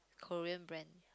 Korean brand